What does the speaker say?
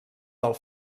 del